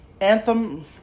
Anthem